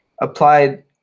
applied